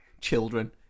children